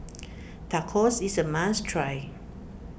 Tacos is a must try